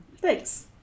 Thanks